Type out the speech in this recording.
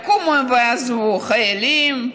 יקומו ויעזבו חיילים,